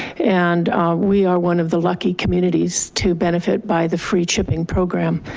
and we are one of the lucky communities to benefit by the free chipping program.